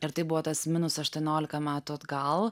ir tai buvo tas minus aštuoniolika metų atgal